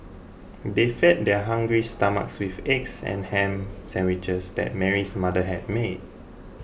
they fed their hungry stomachs with eggs and ham sandwiches that Mary's mother had made